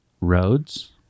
Roads